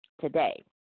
today